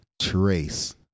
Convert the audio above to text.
Trace